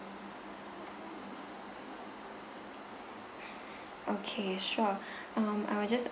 okay sure um I will just